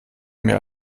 mehr